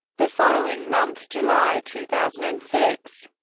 the following month, july two thousand and six,